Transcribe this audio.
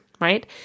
Right